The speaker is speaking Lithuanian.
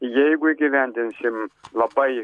jeigu įgyvendinsim labai